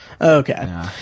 okay